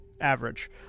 average